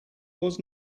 was